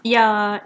ya